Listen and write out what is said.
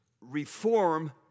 reform